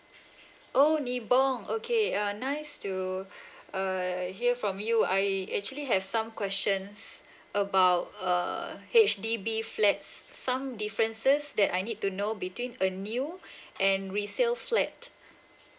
oh ni bong okay uh nice to err hear from you I actually have some questions about uh H_D_B flats some differences that I need to know between a new and resale flat